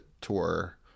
tour